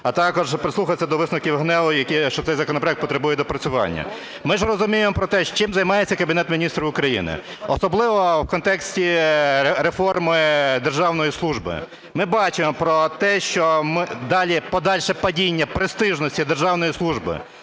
а також прислухатися до висновків ГНЕУ, що цей законопроект потребує доопрацювання? Ми ж розуміємо про те, чим займається Кабінет Міністрів, особливо в контексті реформи державної служби. Ми бачимо про те, що далі подальше падіння престижності державної служби,